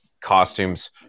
costumes